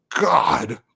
God